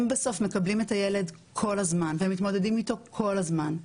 הם בסוף מקבלים את הילד כל הזמן והם מתמודדים איתו כל הזמן.